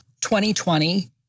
2020